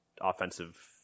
offensive